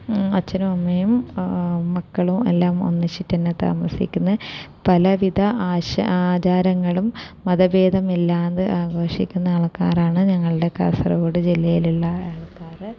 അച്ഛനും അമ്മയും മക്കളും എല്ലാം ഒന്നിച്ചിട്ട് തന്നെ താമസിക്കുന്നത് പലവിധ ആശ ആചാരങ്ങളും മതഭേദമില്ലാതെ ആഘോഷിക്കുന്ന ആൾക്കാരാണ് ഞങ്ങളുടെ കാസർഗോഡ് ജില്ലയിലുള്ള ആൾക്കാറ്